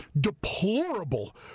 deplorable